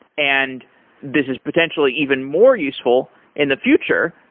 and this is potentially even more useful in the future,